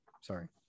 Sorry